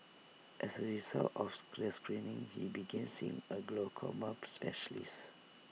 as A result of the stress screening he began seeing A glaucoma specialist